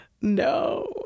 No